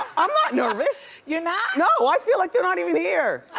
i'm not nervous! you're not? no, i feel like they're not even here.